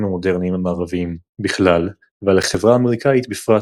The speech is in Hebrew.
המודרניים המערביים בכלל ועל החברה האמריקאית בפרט.